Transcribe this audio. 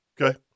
okay